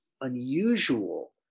unusual